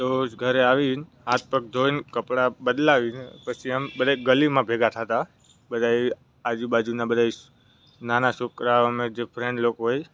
તો ઘરે આવીન હાથપગ ધોઈને કપડા બદલાવી ન પછી એમ બધા ગલીમાં ભેગા થાતા બધાય આજુબાજુના બધાએ નાના છોકરાઓ અમે જે ફ્રેન્ડ લોકો હોય